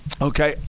okay